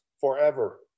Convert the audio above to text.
forever